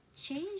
change